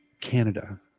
Canada